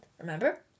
remember